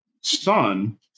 son